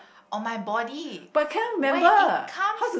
on my body when it comes